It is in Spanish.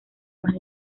más